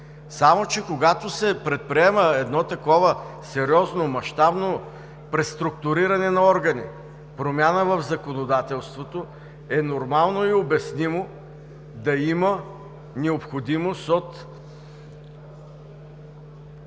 само че когато се предприема едно такова сериозно, мащабно, преструктуриране на органи, промяна в законодателството, е нормално и обяснимо да има необходимост от